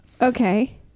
Okay